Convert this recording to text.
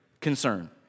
concern